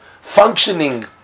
functioning